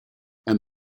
and